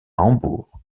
hambourg